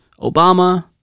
obama